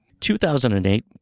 2008